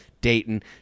Dayton